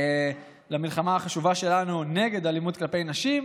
למלחמה החשובה שלנו נגד אלימות כלפי נשים.